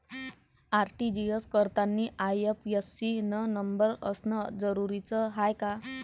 RTGS करतांनी IFSC न number असनं जरुरीच हाय का?